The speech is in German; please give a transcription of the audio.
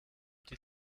die